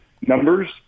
numbers